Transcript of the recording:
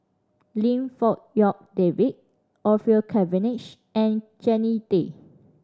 Lim Fong Rock David Orfeur Cavenagh and Jannie Tay